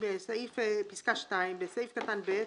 (2)בסעיף קטן (ב),